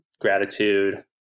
gratitude